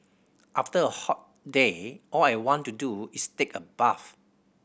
after a hot day all I want to do is take a bath